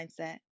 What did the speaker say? mindset